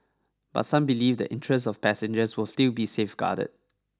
but some believe the interests of passengers will still be safeguarded